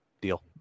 Deal